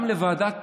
גם לוועדת